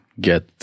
get